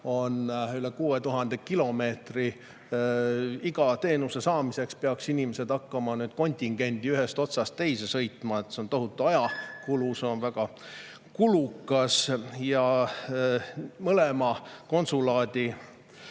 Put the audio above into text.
on üle 6000 kilomeetri. Iga teenuse saamiseks peaksid inimesed hakkama nüüd kontinendi ühest otsast teise sõitma. See on tohutu ajakulu, see on väga kulukas. Mõlema konsulaadi